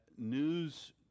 news